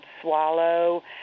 swallow